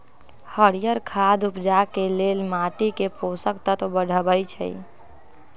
हरियर खाद उपजाके लेल माटीके पोषक तत्व बढ़बइ छइ